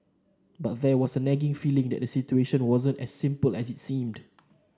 but there was a nagging feeling that the situation wasn't as simple as it seemed